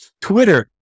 Twitter